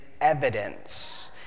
evidence